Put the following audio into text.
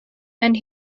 and